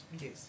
Yes